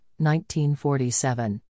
1947